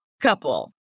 couple